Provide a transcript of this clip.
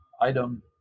item